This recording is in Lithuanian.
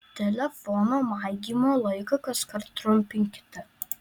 telefono maigymo laiką kaskart trumpinkite